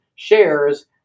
Shares